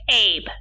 Abe